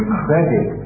credit